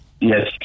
Yes